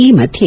ಈ ಮಧ್ಯೆ